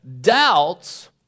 doubts